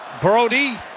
Brody